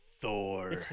Thor